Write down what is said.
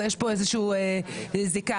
ויש איזושהי זיקה,